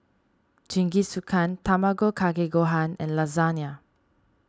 Jingisukan Tamago Kake Gohan and Lasagne